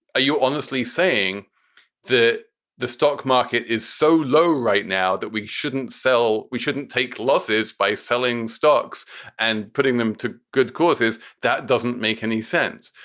are you honestly saying that the stock market is so low right now that we shouldn't sell we shouldn't take losses by selling stocks and putting them to good causes? that doesn't make any sense.